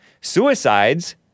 suicides